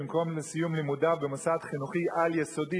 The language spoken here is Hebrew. במקום "לסיום לימודיו במוסד חינוכי על-יסודי",